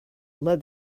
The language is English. led